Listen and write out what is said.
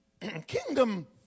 kingdom